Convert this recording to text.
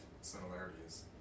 similarities